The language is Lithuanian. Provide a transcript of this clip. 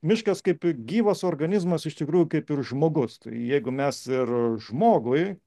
miškas kaip gyvas organizmas iš tikrųjų kaip ir žmogus tai jeigu mes ir žmogui